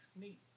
Neat